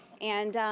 and